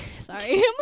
Sorry